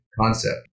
concept